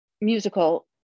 musical